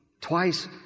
Twice